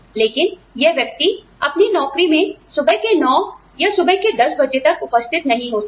लेकिन यह व्यक्ति अपनी नौकरी में सुबह के 9 या सुबह के 1000 बजे तक उपस्थित नहीं हो सकता